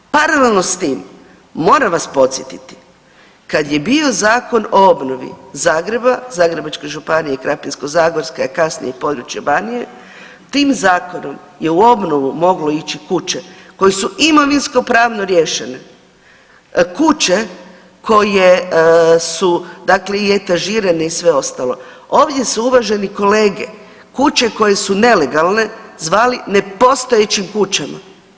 Paralelno s tim moram vas podsjetiti, kad je bio Zakon o obnovi Zagreba, Zagrebačke županije, Krapinsko-zagorske, a kasnije i područje Banije, tim zakonom je u obnovu moglo ići kuće koje su imovinskopravno riješene, kuće koje su i etažirane i sve ostalo, ovdje su uvaženi kolege kuće koje su nelegalne zvali nepostojećim kućama.